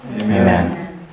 amen